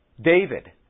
David